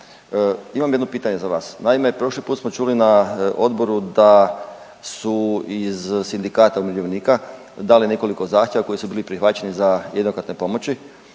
Imam jedno pitanje za vas. Naime, prošli put smo čuli na odboru da su iz sindikata umirovljenika dali nekoliko zahtjeva koji su bili prihvaćeni za jednokratne pomoći,